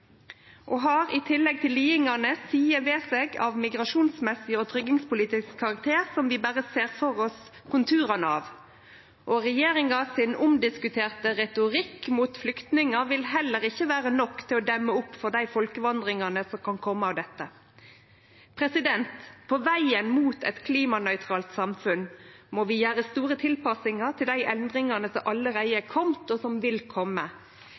Dette har i tillegg til lidingane sider ved seg av migrasjonsmessig og tryggingspolitisk karakter som vi berre ser for oss konturane av. Heller ikkje regjeringa sin omdiskuterte retorikk mot flyktningar vil vere nok til å demme opp for dei folkevandringane som kan kome av dette. På vegen mot eit klimanøytralt samfunn må vi gjere store tilpassingar til dei endringane som allereie er komne, og dei som vil